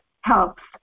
helps